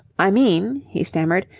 i mean, he stammered,